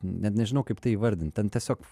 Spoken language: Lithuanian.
net nežinau kaip tai įvardint ten tiesiog